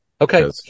Okay